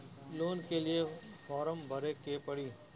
Loan के लिए form भरे के पड़ी?